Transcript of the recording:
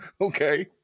Okay